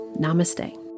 Namaste